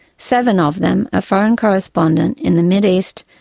seven of them a foreign correspondent in the mideast,